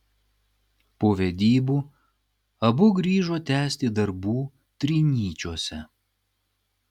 po vedybų abu grįžo tęsti darbų trinyčiuose